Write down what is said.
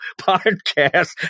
podcast